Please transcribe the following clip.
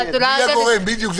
הם